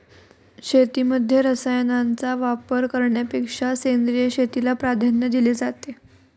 शेतीमध्ये रसायनांचा वापर करण्यापेक्षा सेंद्रिय शेतीला प्राधान्य दिले जाते